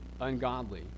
ungodly